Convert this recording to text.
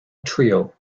trio